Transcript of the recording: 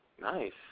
Nice